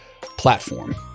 platform